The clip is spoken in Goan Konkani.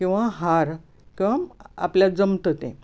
किंवां हार किंवां आपल्याक जमता तें